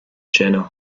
jena